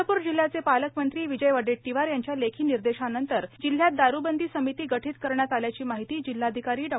चंद्रपूर जिल्ह्याचे पालकमंत्री विजय वड्डेट्टीवार यांच्या लेखी निर्देशांनंतर जिल्ह्यत दारुबंदी समिती गठित करण्यात आल्याची माहिती जिल्हाधिकारी डॉ